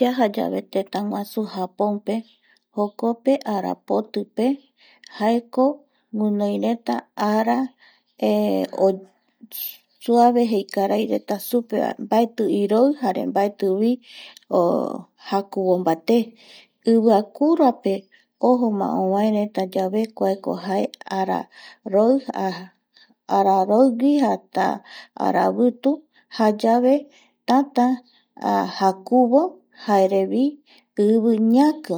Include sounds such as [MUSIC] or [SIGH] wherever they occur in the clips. Yajayave tëtäguasu japonpe jokope arapotipe jaeko guinoireta ara [HESITATION] suave jei karaireta supevae mbaeti iroi [HESITATION] jare mbaeti [HESITATION] jakuvo mbate iviakuarape ojoma ovaeretape yave kuaeko jae araroi araroigui jasta aravitu jayave [HESITATION] tätä jakuvo jaerevi ivi ñaki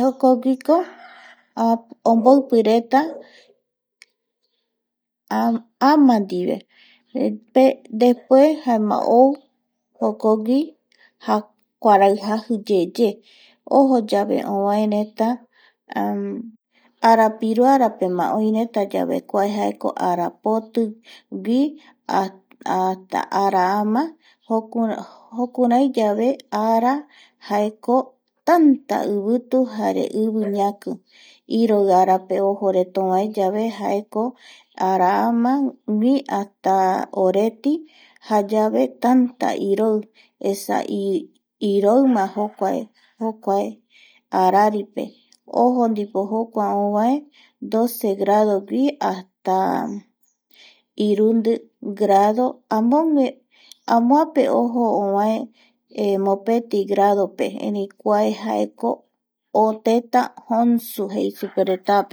jokoguiko [NOISE] omboipireta [NOISE] ama ndive [HESITATION] depue [HESITATION] jaema ou jokogui kuarai jaiviyeye ojo yave ovaereta [HESITATION] arapiruara pema oireta yave [HESITATION] kua jaeko arapoti gui [HESITATION] hasta araama [HESITATION] jokuraiyave ara jaeko tanta ivitu jare ivi ñaki iroi arape ojoreta ovae yave jaeko araama hasta oreti jayave tata iroi esa iroima jokua jokuae [NOISE] araripe ojo ndipo jokuae ovae doce grado hasta irundi grado ,amogue ojo ovae mopeti gradope erei kua jaeko o teta komsun jei superetape [NOISE]